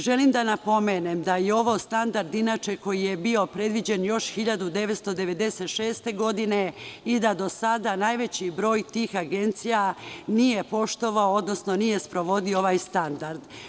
Želim da napomenem da je ovo standard inače koji je bio predviđen 1996. godine i da do sada najveći broj tih agencija nije poštovao, odnosno nije sprovodio ovaj standard.